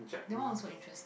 that one also interests